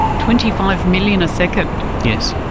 twenty-five million a second? yes.